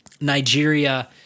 Nigeria